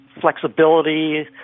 flexibility